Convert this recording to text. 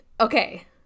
Okay